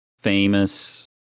Famous